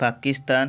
Pakistan